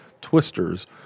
twisters